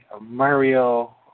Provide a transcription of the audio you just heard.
Mario